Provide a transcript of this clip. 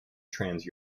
trans